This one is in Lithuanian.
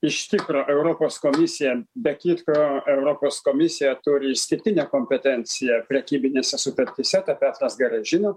iš tikro europos komisija be kitko europos komisija turi išskirtinę kompetenciją prekybinėse sutartyse tą petras gerai žino